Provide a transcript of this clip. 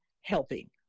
helping